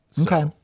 Okay